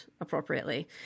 appropriately